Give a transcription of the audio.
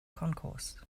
concourse